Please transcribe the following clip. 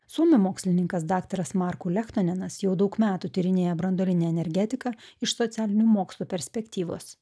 suomių mokslininkas daktaras marku lechtinonas jau daug metų tyrinėja branduolinę energetiką iš socialinių mokslų perspektyvos